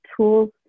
tools